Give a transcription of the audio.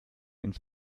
ins